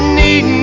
need